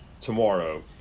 tomorrow